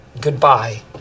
goodbye